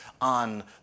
on